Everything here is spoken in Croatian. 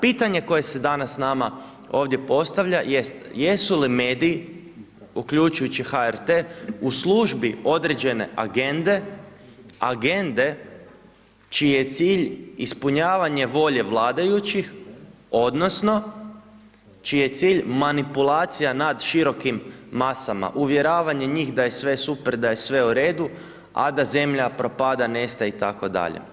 Pitanje koje se danas nama ovdje postavlja jest jesu li mediji, uključujući HRT u službi određene agende, agende čiji je cilj ispunjavanje volje vladajućih odnosno čiji je cilj manipulacija nad širokim masama, uvjeravanje njih da je sve super, da je sve u redu, a da zemlja propada, nestaje itd.